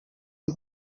amb